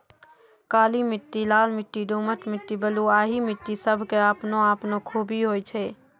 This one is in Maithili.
काली मिट्टी, लाल मिट्टी, दोमट मिट्टी, बलुआही मिट्टी सब के आपनो आपनो खूबी होय छै